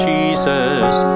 Jesus